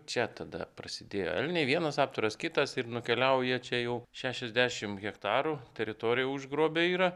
čia tada prasidėjo elniai vienas aptvaras kitas ir nukeliauja čia jau šešiasdešimt hektarų teritoriją užgrobę yra